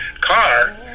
car